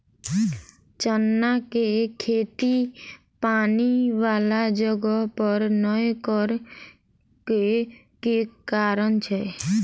चना केँ खेती पानि वला जगह पर नै करऽ केँ के कारण छै?